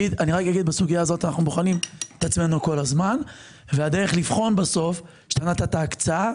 בסוגיה הזאת אנחנו בוחנים את עצמנו כל הזמן ובסוף הדרך לבחון אתה הקצאה,